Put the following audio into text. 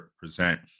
present